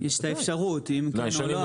יש את האפשרות אם כן או לא?